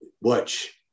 watch